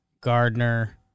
Gardner